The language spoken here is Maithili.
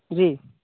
जी